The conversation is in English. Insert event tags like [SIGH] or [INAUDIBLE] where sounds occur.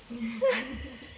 [LAUGHS]